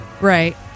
Right